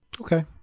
Okay